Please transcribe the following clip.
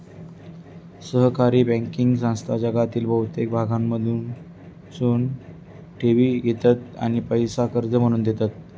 सहकारी बँकिंग संस्था जगातील बहुतेक भागांमधसून ठेवी घेतत आणि पैसो कर्ज म्हणून देतत